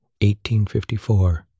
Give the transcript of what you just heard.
1854